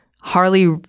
Harley